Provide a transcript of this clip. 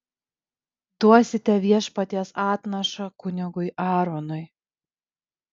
duosite viešpaties atnašą kunigui aaronui